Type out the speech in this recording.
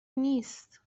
نیست